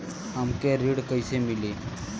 हमके ऋण कईसे मिली?